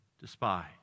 despise